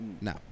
No